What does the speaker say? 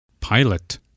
Pilot